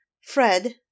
Fred